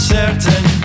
certain